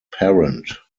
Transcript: parent